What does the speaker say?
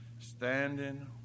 standing